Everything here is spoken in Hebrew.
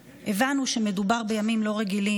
גם אנחנו במחנה הממלכתי הבנו שמדובר בימים לא רגילים.